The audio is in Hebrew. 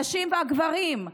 הנשים והגברים,